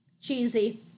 Cheesy